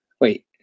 wait